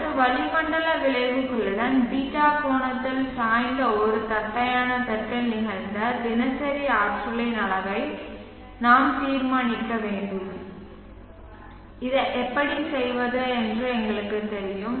அடுத்து வளிமண்டல விளைவுகளுடன் β கோணத்தில் சாய்ந்த ஒரு தட்டையான தட்டில் நிகழ்ந்த தினசரி ஆற்றலின் அளவை நாம் தீர்மானிக்க வேண்டும் இதை எப்படி செய்வது என்று எங்களுக்குத் தெரியும்